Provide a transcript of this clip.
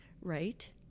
right